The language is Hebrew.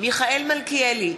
מיכאל מלכיאלי,